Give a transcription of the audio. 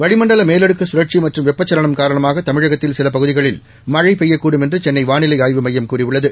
வளிமண்டல மேலடுக்கு கழற்சி மற்றும் வெப்ப சலனம் காரணமாக தமிழகத்தில் சில பகுதிகளில் மழை பெய்யக் கூடும் என்று சென்னை வாளிலை ஆய்வு மையம் கூறியுள்ளது